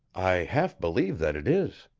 i half believe that it is.